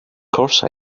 course